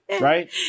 Right